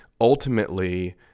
ultimately